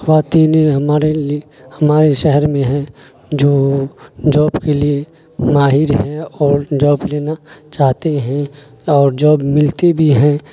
خواتینیں ہمارے ہمارے شہر میں ہیں جو جاب کے لیے ماہر ہیں اور جاب لینا چاہتے ہیں اور جاب ملتی بھی ہیں